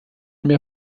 mehr